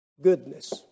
goodness